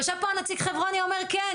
יושב פה הנציג חברוני אומר כן,